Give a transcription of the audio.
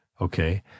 Okay